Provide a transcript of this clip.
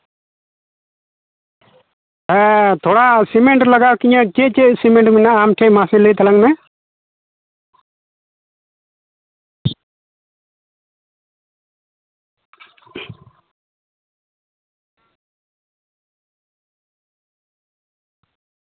ᱦᱮᱸ ᱛᱷᱚᱲᱟ ᱥᱤᱢᱮᱱᱴ ᱞᱟᱜᱟᱣ ᱠᱤᱧᱟᱹ ᱪᱮᱫ ᱪᱮᱫ ᱥᱤᱢᱮᱱᱴ ᱢᱮᱱᱟᱜᱼᱟ ᱟᱢ ᱴᱷᱮᱡ ᱢᱟᱥᱮ ᱞᱟᱹᱭ ᱛᱟᱞᱟᱝ ᱢᱮ